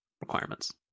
requirements